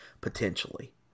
potentially